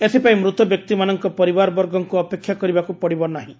ଏଥିପାଇଁ ମୃତ ବ୍ୟକ୍ତିମାନଙ୍କ ପରିବାରବର୍ଗଙ୍କୁ ଅପେକ୍ଷା କରିବାକୁ ପଡ଼ିବ ନାହିଁ